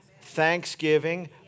thanksgiving